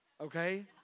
Okay